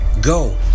Go